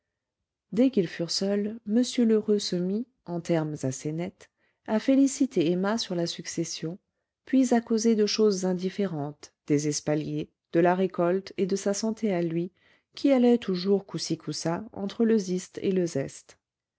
dès qu'ils furent seuls m lheureux se mit en termes assez nets à féliciter emma sur la succession puis à causer de choses indifférentes des espaliers de la récolte et de sa santé à lui qui allait toujours couci couci entre le zist et le zest